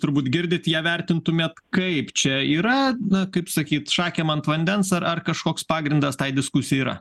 turbūt girdit ją vertintumėt kaip čia yra na kaip sakyt šakėm ant vandens ar ar kažkoks pagrindas tai diskusija yra